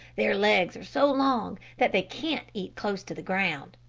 their legs are so long that they can't eat close to the ground.